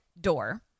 door